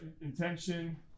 intention